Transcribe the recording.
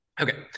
Okay